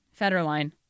Federline